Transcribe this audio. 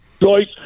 Joyce